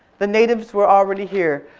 the natives were already here.